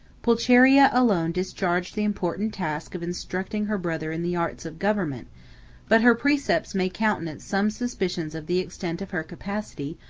pulcheria alone discharged the important task of instructing her brother in the arts of government but her precepts may countenance some suspicions of the extent of her capacity,